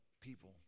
people